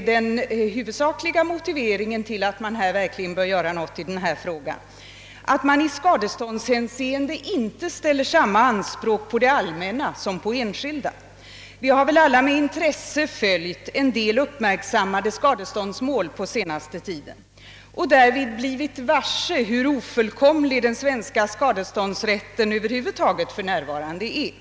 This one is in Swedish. den huvudsakliga motiveringen till att jag tycker att man verkligen bör göra någonting i denna fråga — att man i skadeståndshänseende inte ställer samma anspråk på det allmänna som på den enskilde. Vi har väl alla med intresse följt en del uppmärksammade skadeståndsmål på sista tiden och därvid blivit varse hur ofullkomlig den svenska skadeståndsrätten över huvud taget för närvarande är.